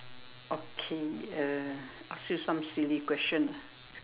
okay uh ask you some silly question ah